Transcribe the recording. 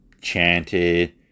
chanted